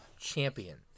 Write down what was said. champion